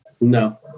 No